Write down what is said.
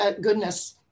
goodness